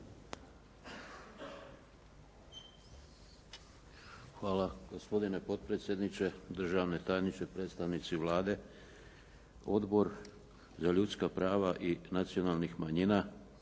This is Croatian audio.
Hvala gospodine potpredsjedniče. Državni tajniče, predstavnici Vlade. Odbor za ljudska prava i nacionalnih manjina